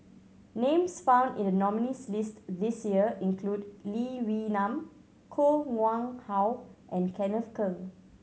names found in the nominees' list this year include Lee Wee Nam Koh Nguang How and Kenneth Keng